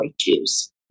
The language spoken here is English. Jews